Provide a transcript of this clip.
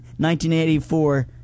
1984